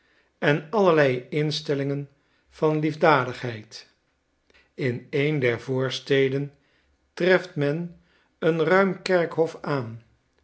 en allerlei instellingen van liefdadigheid in een der voorsteden treft men een ruim kerkhof aan